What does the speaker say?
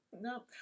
No